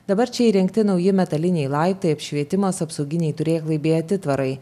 dabar čia įrengti nauji metaliniai laiptai apšvietimas apsauginiai turėklai bei atitvarai